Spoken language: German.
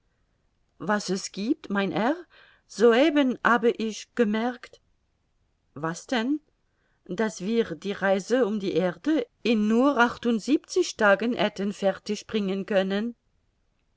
was es giebt mein herr soeben habe ich gemerkt was denn daß wir die reise um die erde in nur achtundsiebenzig tagen hätten fertig bringen können